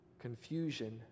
confusion